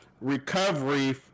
recovery